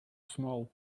small